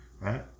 right